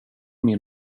min